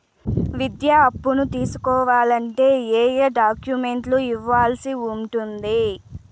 విద్యా అప్పును తీసుకోవాలంటే ఏ ఏ డాక్యుమెంట్లు ఇవ్వాల్సి ఉంటుంది